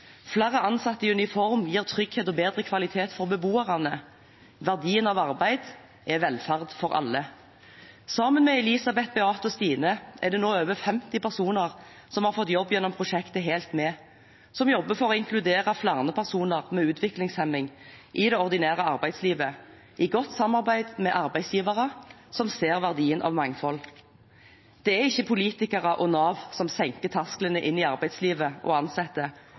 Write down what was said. Flere ansatte i uniform gir trygghet og bedre kvalitet for beboerne. Verdien av arbeid er velferd for alle. Sammen med Elisabeth, Beate og Stine er det nå over 50 personer som har fått jobb gjennom prosjektet «HELT MED», som jobber for å inkludere flere personer med utviklingshemming i det ordinære arbeidslivet, i godt samarbeid med arbeidsgivere som ser verdien av mangfold. Det er ikke politikere og Nav som senker terskelen inn i arbeidslivet og ansetter;